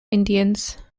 indians